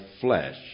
flesh